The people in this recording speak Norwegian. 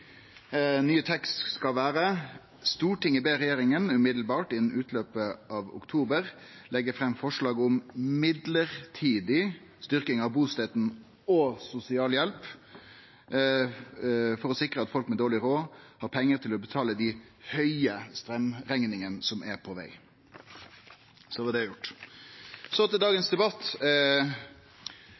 tekst skal vere: «Stortinget ber regjeringen umiddelbart, innen utløpet av oktober, legge frem forslag om midlertidig styrking av bostøtten og sosialhjelp for å sikre at folk med dårlig råd har penger til å betale de høye strømregningene som er på vei.» Då var